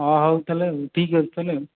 ହଁ ହଉ ତାହେଲେ ଆଉ ଠିକ୍ ଅଛି ତାହେଲେ ଆଉ